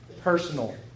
personal